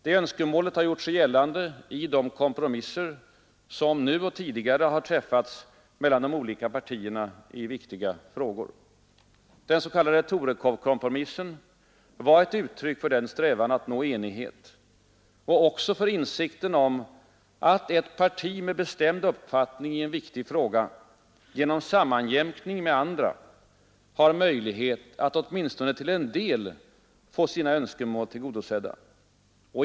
Detta önskemål har gjorts gällande i de kompromisser som — nu och tidigare träffats mellan de olika partierna i viktiga frågor. Den s.k. Torekovskompromissen var ett uttryck för denna strävan att nå enighet och också för insikten om att ett parti med bestämd uppfattning i en viktig fråga genom sammanjämkning med andra har möjlighet att åtminstone till en del få sina önskemål tillgodosedda.